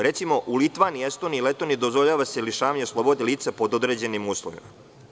Recimo u Litvaniji, Estoniji i Letoniji dozvoljava se lišavanje slobode lica pod određenim uslovima.